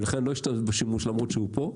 ולכן אני לא אעשה בו שימוש למרות שהוא פה.